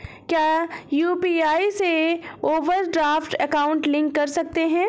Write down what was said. क्या यू.पी.आई से overdraft account link कर सकते हैं?